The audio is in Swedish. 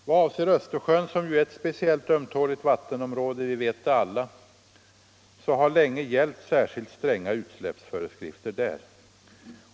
Vad avser Östersjön som ju är ett speciellt ömtåligt vattenområde — det vet vi alla — har länge gällt särskilt stränga utsläppsföreskrifter.